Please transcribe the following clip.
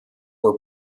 were